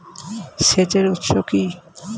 সেচের উৎস কি?